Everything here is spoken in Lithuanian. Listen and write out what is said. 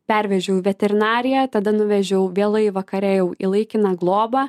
pervežiau veterinariją tada nuvežiau vėlai vakare jau į laikiną globą